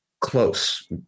close